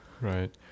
Right